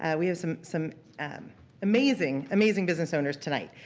ah we have some some um amazing, amazing business owners tonight.